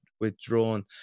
withdrawn